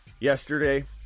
yesterday